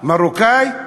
מרוקני?